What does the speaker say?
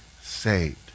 saved